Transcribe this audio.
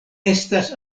estas